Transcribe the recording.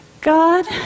God